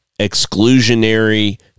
exclusionary